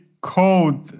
code